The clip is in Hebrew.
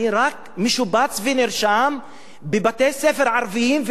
אני רק משובץ ונרשם בבתי-ספר ערביים,